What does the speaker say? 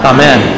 Amen